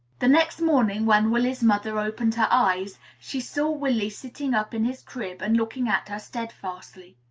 the next morning, when willy's mother opened her eyes, she saw willy sitting up in his crib, and looking at her steadfastly.